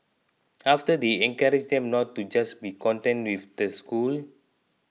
after they encourage them not to just be content with the school